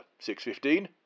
6.15